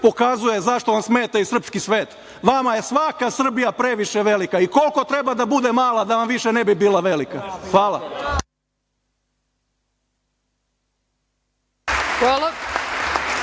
pokazuje zašto vam smeta i srpski svet. Vama je svaka Srbija previše velika. Koliko treba da bude mala da vam više ne bi bila velika. Hvala.